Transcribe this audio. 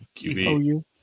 QB